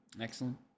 excellent